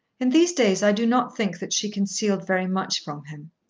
in these days i do not think that she concealed very much from him.